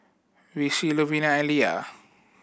Vicy Louvenia and Lia